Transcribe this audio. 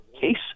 case